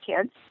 Kids